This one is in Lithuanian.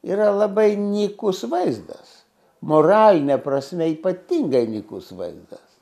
yra labai nykus vaizdas moraline prasme ypatingai nykus vaizdas